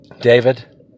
David